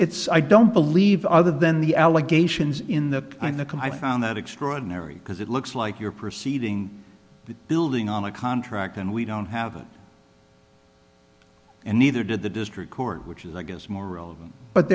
it's i don't believe other than the allegations in the in the can i found that extraordinary because it looks like you're proceeding with building on a contract and we don't have it and neither did the district court which is i guess more relevant but